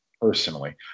personally